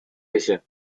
asia